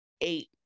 eight